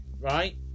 right